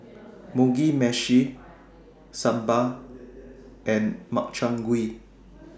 Mugi Meshi Sambar and Makchang Gui